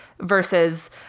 versus